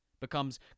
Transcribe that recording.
becomes